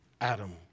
Adam